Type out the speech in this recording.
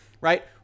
right